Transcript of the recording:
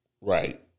Right